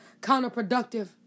counterproductive